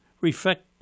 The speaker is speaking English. reflect